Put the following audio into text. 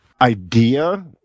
idea